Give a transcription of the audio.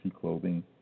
Clothing